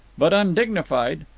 but undignified.